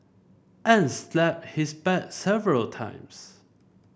and slapped his back several times